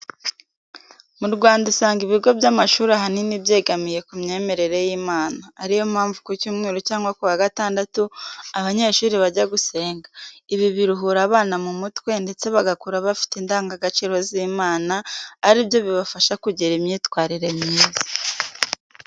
Mu Rwanda usanga ibigo by'amashuri ahanini byegamiye ku myemerere y'Imana, ari yo mpamvu ku cyumweru cyangwa ku wa gatandatu abanyeshuri bajya gusenga. Ibi biruhura abana mu mutwe ndetse bagakura bafite indangagaciro z'Imana, ari byo bibafasha kugira imyitwarire myiza.